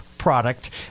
product